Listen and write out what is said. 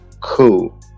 Cool